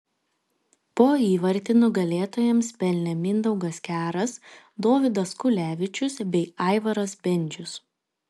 po įvartį nugalėtojams pelnė mindaugas keras dovydas kulevičius bei aivaras bendžius